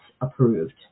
approved